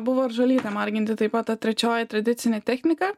buvo ir žolyte marginti taip pat trečioji tradicinė technika